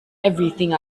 everything